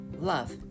love